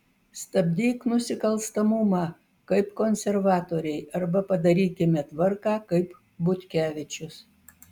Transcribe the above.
stabdyk nusikalstamumą kaip konservatoriai arba padarykime tvarką kaip butkevičius